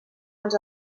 els